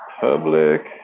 public